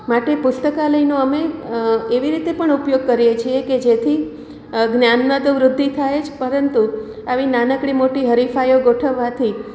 માટે પુસ્તકાલયનો અમે એવી રીતે પણ ઉપયોગ કરીએ છીએ કે જેથી જ્ઞાનમાં તો વૃદ્ધિ થાય જ પરંતુ આવી નાનકડી મોટી હરીફાઈઓ ગોઠવવાથી